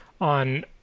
on